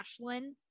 Ashlyn